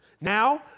Now